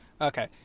Okay